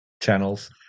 channels